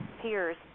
peers